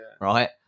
right